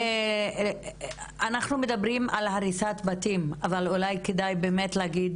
אנחנו מדברים על הריסת בתים אבל אולי כדאי באמת להגיד